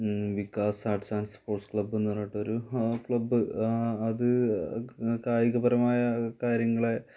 Vikas arts and sports club എന്നു പറഞ്ഞിട്ടൊരു club ആ അത് കായിക പരമായ കാര്യങ്ങളെ